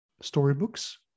storybooks